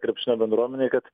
krepšinio bendruomenei kad